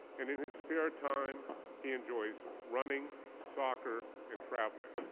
and in his spare time he enjoys running, soccer and traveling.